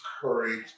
courage